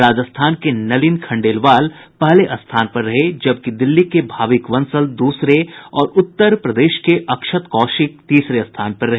राजस्थान के नलिन खंडेलवाल पहले स्थान पर रहे हैं जबकि दिल्ली के भाविक बंसल दूसरे और उत्तर प्रदेश के अक्षत कौशिक तीसरे स्थान पर रहे